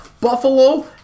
Buffalo